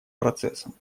процессом